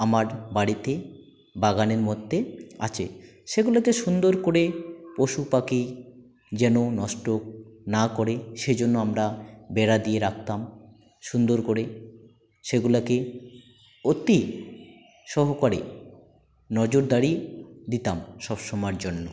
আমার বাড়িতে বাগানের মধ্যে আছে সেগুলোতে সুন্দর করে পশু পাখি যেন নষ্ট না করে সেজন্য আমরা বেড়া দিয়ে রাখতাম সুন্দর করে সেগুলাকে অতি সহকারে নজরদারি দিতাম সব সোমার জন্য